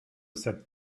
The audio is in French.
cette